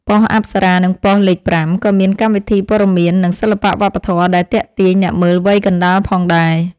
ប៉ុស្តិ៍អប្សរានិងប៉ុស្តិ៍លេខប្រាំក៏មានកម្មវិធីព័ត៌មាន និងសិល្បៈវប្បធម៌ដែលទាក់ទាញអ្នកមើលវ័យកណ្តាលផងដែរ។